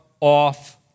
off